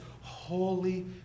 holy